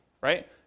Right